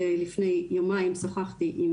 לפני יומיים אני שוחחתי עם